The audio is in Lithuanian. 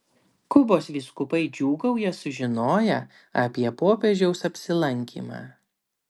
kubos vyskupai džiūgauja sužinoję apie popiežiaus apsilankymą